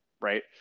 Right